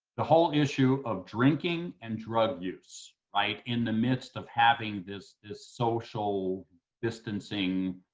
the whole issue of drinking and drug use, right, in the midst of having this this social distancing,